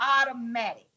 automatic